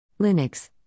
linux